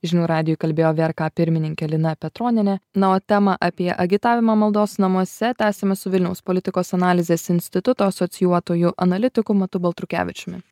žinių radijui kalbėjo vrk pirmininkė lina petronienė na o temą apie agitavimą maldos namuose tęsiame su vilniaus politikos analizės instituto asocijuotuoju analitiku matu baltrukevičiumi